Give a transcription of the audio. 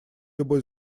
любой